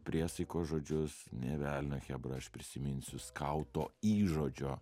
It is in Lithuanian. priesaikos žodžius nė velnio chebra aš prisiminsiu skauto įžodžio